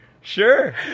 sure